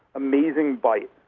amazing bite.